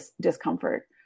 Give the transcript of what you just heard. discomfort